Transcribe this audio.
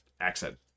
accent